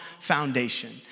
foundation